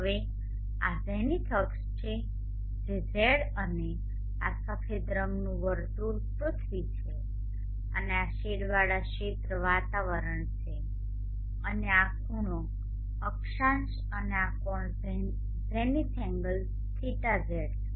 હવે આ ઝેનિથ અક્ષ છે Z અને આ સફેદ રંગનું વર્તુળ પૃથ્વી છે અને આ શેડવાળા ક્ષેત્ર વાતાવરણ છે અને આ ખૂણો φ અક્ષાંશ અને આ કોણ ઝેનિથ એંગલ θz છે